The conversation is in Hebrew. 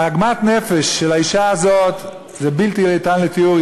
עוגמת הנפש של האישה הזאת היא בלתי ניתנת לתיאור.